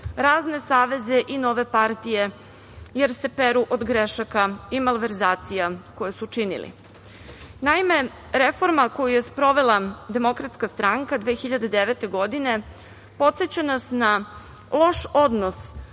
razne saveze i nove partije, jer se peru od grešaka i malverzacija koje su činili. Naime, reforma koju je sprovela DS 2009. godine podseća nas na loš odnos